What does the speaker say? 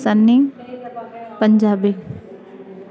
Sunny Punjabi